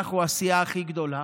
אנחנו הסיעה הכי גדולה.